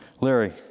Larry